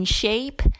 shape